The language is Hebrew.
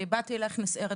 ובאתי אלייך נסערת.